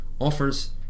offers